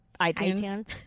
iTunes